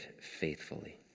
faithfully